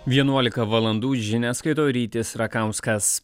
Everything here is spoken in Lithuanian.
vienuolika valandų žinias skaito rytis rakauskas